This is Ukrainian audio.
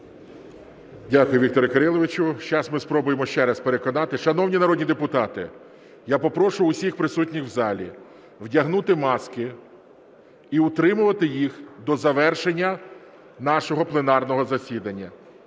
Дякую, Вікторе Кириловичу. Зараз ми спробуємо ще раз переконати. Шановні народні депутати, я попрошу усіх присутніх в залі вдягнути маски і утримувати їх до завершення нашого пленарного засідання.